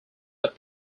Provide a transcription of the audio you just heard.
that